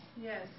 Yes